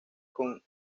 con